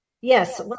Yes